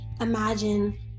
imagine